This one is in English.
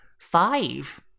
five